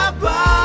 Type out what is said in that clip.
Bye